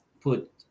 put